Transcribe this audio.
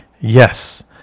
Yes